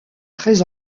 très